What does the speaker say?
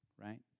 right